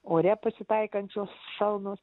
ore pasitaikančios šalnos